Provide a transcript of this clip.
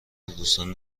دوستان